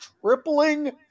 tripling